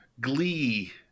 Glee